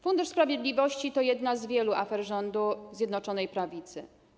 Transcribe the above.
Fundusz Sprawiedliwości to jedna z wielu afer rządu Zjednoczonej Prawicy.